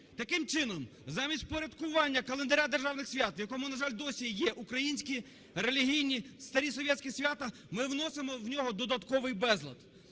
Таким чином замість впорядкування календаря державних свят, в якому, на жаль, досі є українські релігійні старі советские свята, ми вносимо в нього додатковий безлад.